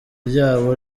ryabo